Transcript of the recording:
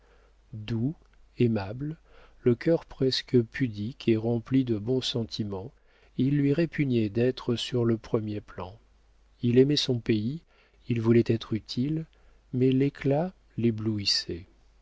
doux aimable le cœur presque pudique et rempli de bons sentiments il lui répugnait d'être sur le premier plan il aimait son pays il voulait être utile mais l'éclat l'éblouissait